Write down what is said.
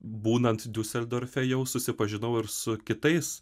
būnant diuseldorfe jau susipažinau ir su kitais